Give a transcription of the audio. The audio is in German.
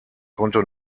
konnte